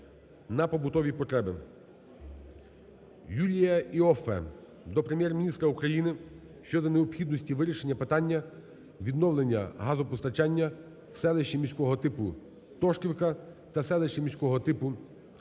на побутові потреби. Юлія Іоффе до Прем'єр-міністра України щодо необхідності вирішення питання відновлення газопостачання в селищі міського типу Тошківка та селищі міського типу Нижнє